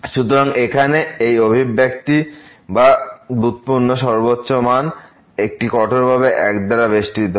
সুতরাং এখানে এই অভিব্যক্তি বা এই ডেরিভেটিভ এর সর্বোচ্চ মান একটি কঠোরভাবে 1 দ্বারাবেষ্টিত হয়